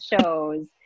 shows